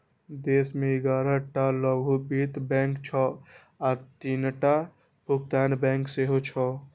देश मे ग्यारह टा लघु वित्त बैंक छै आ तीनटा भुगतान बैंक सेहो छै